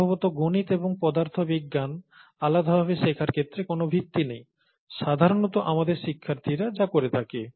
সম্ভবত গণিত এবং পদার্থবিজ্ঞান আলাদা ভাবে শেখার ক্ষেত্রে কোন ভিত্তি নেই সাধারণত আমাদের শিক্ষার্থীরা যা করে থাকে